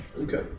Okay